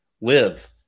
live